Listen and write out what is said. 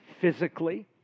physically